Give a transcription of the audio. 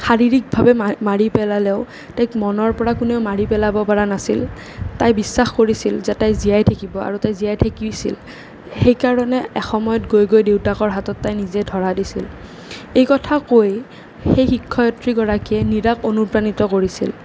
শাৰীৰিকভাৱে মাৰি পেলালেও তাইক মনৰপৰা কোনেও মাৰি পেলাব পৰা নাছিল তাই বিশ্বাস কৰিছিল যে তাই জীয়াই থাকিব আৰু তাই জীয়াই থাকিছিল সেইকাৰণে এসময়ত গৈ গৈ তাই দেউতাকৰ হাতত নিজে গৈ ধৰা দিছিল এই কথা কৈ সেই শিক্ষয়িত্ৰী গৰাকীয়ে মীৰাক অনুপ্ৰাণিত কৰিছিল